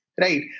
Right